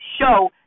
show